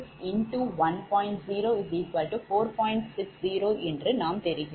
60 என்று நாம் பெறுகிறோம்